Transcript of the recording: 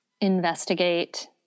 investigate